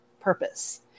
purpose